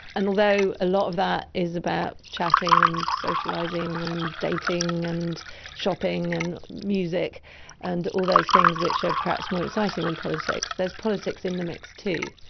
and although a lot of that is about chatting and socialising and dating and shopping and music and all those things which are perhaps more exciting than politics, there is politics in the mix too,